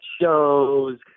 shows